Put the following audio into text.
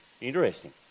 interesting